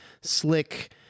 slick